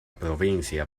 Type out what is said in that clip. provincia